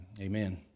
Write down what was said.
Amen